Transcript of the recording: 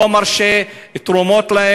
לא מרשים להם לקבל תרומות,